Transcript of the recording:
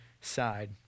side